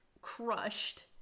crushed